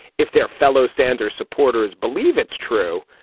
if their fellow sanders supporters believe it's true,